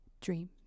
Dream